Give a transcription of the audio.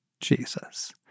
Jesus